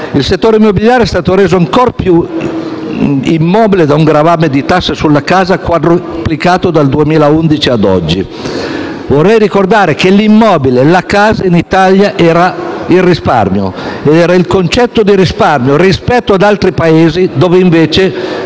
Il settore immobiliare è stato reso ancor più immobile da un gravame di tasse sulla casa quadruplicato dal 2011 ad oggi. Vorrei ricordare che l'immobile, la casa, in Italia era il risparmio ed il concetto stesso di risparmio rispetto ad altri Paesi dove invece